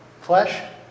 Flesh